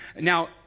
Now